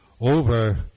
over